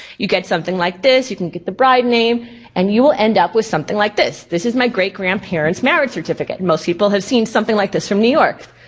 you get something like this. you can get the bride name and you'll end up with something like this. this is my great grandparents' marriage certificate. and most people have seen something like this from new york.